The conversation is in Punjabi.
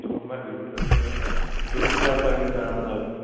ਹਾਂ ਮੈਂ ਜਰੂਰ ਦੱਸੁੰਗਾ ਤੁਸੀਂ ਵੀ ਚੱਲ ਸਕਦੇ ਜੇ ਜਾਣਾ ਨਾਲ ਤਾਂ